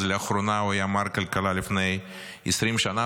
אז הוא היה מר כלכלה לפני 20 שנה,